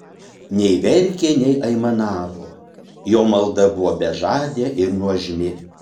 nei verkė nei aimanavo jo malda buvo bežadė ir nuožmi